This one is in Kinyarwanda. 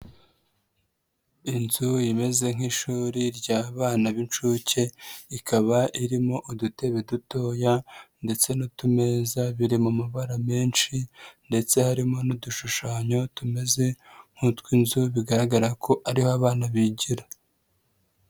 Inzu imeze nk'ishuri ry'abana b'inshuke, ikaba irimo udutebe dutoya ndetse n'utumeza, biri mu mabara menshi ndetse harimo n'udushushanyo tumeze nk'utw'inzu, bigaragara ko ariho abana bigira.